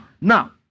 Now